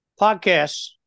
podcasts